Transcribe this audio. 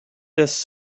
this